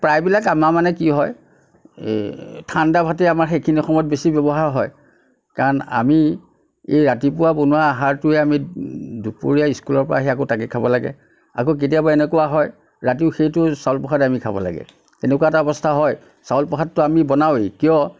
প্ৰায়বিলাক আমাৰ মানে কি হয় ঠাণ্ডা ভাতেই আমাৰ সেইখিনি সময়ত বেছি ব্যৱহাৰ হয় কাৰণ আমি এই ৰাতিপুৱা বনোৱা আহাৰটোৱে আমি দুপৰীয়া স্কুলৰপৰা আহি আকৌ তাকে খাব লাগে আকৌ কেতিয়াবা এনেকুৱা হয় ৰাতিও সেইটো চাউল প্ৰসাদে আমি খাব লাগে তেনেকুৱা এটা অৱস্থা হয় চাউল প্ৰসাদটো আমি বনাওৱেই কিয়